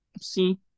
See